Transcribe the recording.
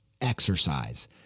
exercise